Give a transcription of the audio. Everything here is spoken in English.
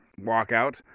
walkout